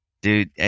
Dude